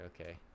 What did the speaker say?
okay